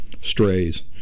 strays